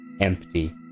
empty